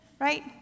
right